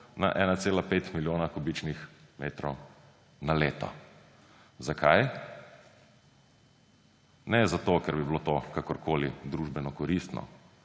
na 1,5 milijona kubičnih metrov na leto. Zakaj? Ne zato, ker bi bilo to kakorkoli družbeno koristno,